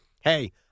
hey